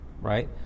Right